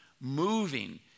moving